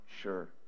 sure